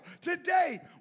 Today